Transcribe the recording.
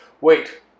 Wait